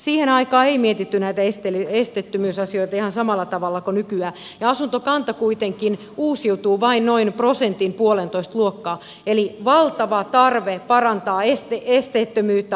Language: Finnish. siihen aikaan ei mietitty näitä esteettömyysasioita ihan samalla tavalla kuin nykyään ja asuntokanta kuitenkin uusiutuu vain noin prosentinpuolentoista luokkaa eli on valtava tarve parantaa esteettömyyttä asuinkannassa